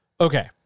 Okay